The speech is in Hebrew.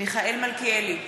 מיכאל מלכיאלי,